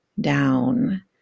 down